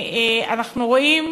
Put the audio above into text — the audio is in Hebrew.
אנחנו רואים